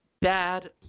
bad